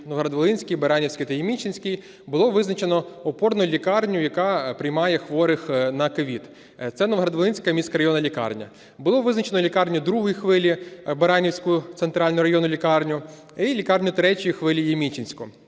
Новоград-Волинський, Баранівський та Ємільчинський – було визначено опорну лікарню, яка приймає хворих на COVID. Це Новоград-Волинська міська районна лікарня. Було визначено лікарню другої хвилі – Баранівську центральну районну лікарню і лікарню третьої хвилі – Ємільчинську.